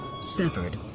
severed